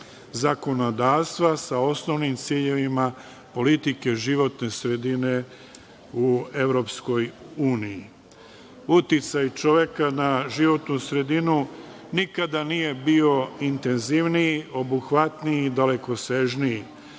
zakonodavstva sa osnovnim ciljevima politike životne sredine u EU. Uticaj čoveka na životnu sredinu nikada nije bio intenzivniji, obuhvatniji i dalekosežniji.